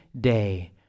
day